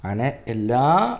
അങ്ങനെ എല്ലാ